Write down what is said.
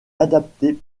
adaptées